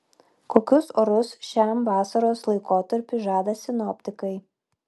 kokius orus šiam vasaros laikotarpiui žada sinoptikai